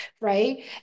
right